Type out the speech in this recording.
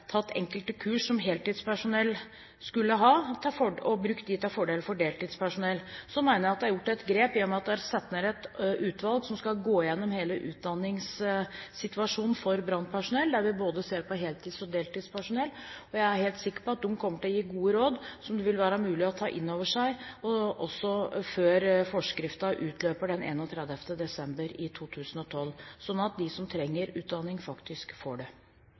tatt enkelte kurs som heltidspersonell skulle ha, og brukt dem til fordel for deltidspersonell. Så mener jeg at det er gjort et grep i og med at det er satt ned et utvalg som skal gå gjennom hele utdanningssituasjonen for brannpersonell, der vi ser på både heltids- og deltidspersonell. Jeg er helt sikker på at utvalget kommer til å gi gode råd som vil være mulig å ta inn over seg, også før forskriften utløper den 31. desember i 2012, sånn at de som trenger utdanning, faktisk får det.